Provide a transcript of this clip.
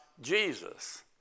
Jesus